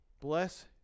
Bless